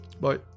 bye